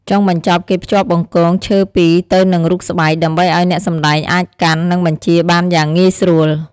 ចុងបញ្ចប់ គេភ្ជាប់បង្គងឈើពីរទៅនឹងរូបស្បែក ដើម្បីឱ្យអ្នកសម្តែងអាចកាន់ និងបញ្ជាបានយ៉ាងងាយស្រួល។